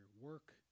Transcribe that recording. work